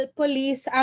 police